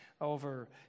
over